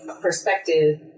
perspective